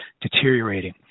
deteriorating